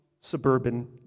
suburban